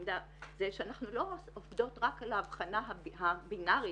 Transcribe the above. שאנחנו לא עובדות רק על ההבחנה הבינארית,